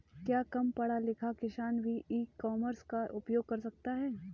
क्या कम पढ़ा लिखा किसान भी ई कॉमर्स का उपयोग कर सकता है?